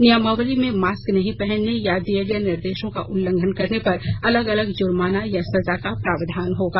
नियमावली में मास्क नहीं पहनने या दिए गए निर्देशों का उल्लंघन करने पर अलग अलग जुर्माना और सजा का प्रावधान होगा